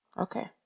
Okay